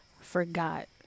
forgot